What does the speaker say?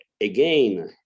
again